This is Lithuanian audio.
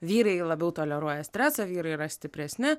vyrai labiau toleruoja stresą vyrai yra stipresni